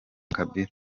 kabila